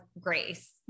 grace